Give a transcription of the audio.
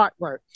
artwork